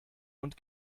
und